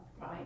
right